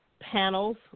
panels